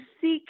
seek